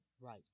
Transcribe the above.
Right